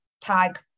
tag